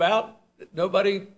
about nobody